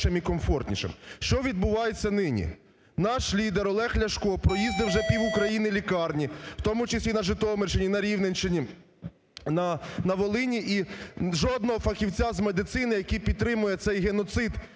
Що відбувається нині? Наш лідер Олег Ляшко проїздив вже пів України лікарні, в тому числі і на Житомирщині, на Рівненщині, на Волині і жодного фахівця з медицини, який підтримує цей геноцид,